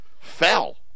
fell